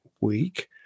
week